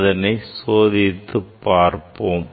அதனை சோதித்துப் பார்ப்போம்